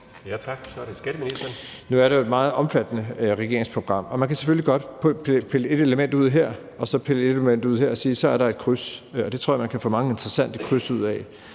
Nu er det jo et meget omfattende regeringsprogram, og man kan selvfølgelig godt pille et element ud her og så pille et andet element ud der og sige: Så er der et kryds. Det tror jeg man kan få mange interessante kryds ud af.